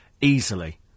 easily